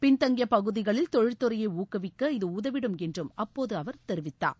பின்தங்கிய பகுதிகளில் தொழில்துறையை ஊக்குவிக்க இது உதவிடும் என்று அப்போது அவர் தெரிவித்தார்